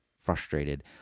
Frustrated